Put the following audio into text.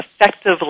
effectively